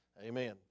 Amen